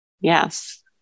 Yes